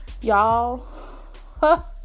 y'all